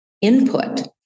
input